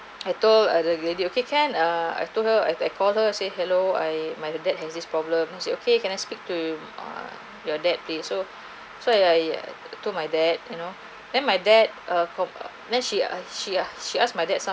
I told the lady okay can err I've to her I call her and say hello I my dad has this problems is it okay can I speak to uh your dad please so I to my dad you know then my dad cop~ then she uh she uh she asked my dad some